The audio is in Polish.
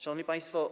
Szanowni Państwo!